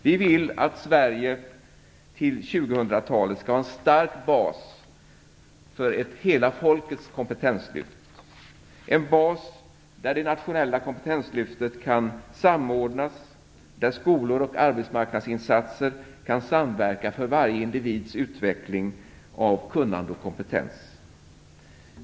Vi vill att Sverige till 2000-talet skall ha en stark bas för ett hela folkets kompetenslyft - en bas där det nationella kompetenslyftet kan samordnas, där skolor och arbetsmarknadsinsatser kan samverka för varje individs utveckling av kunnande och kompetens.